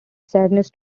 sadness